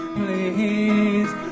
please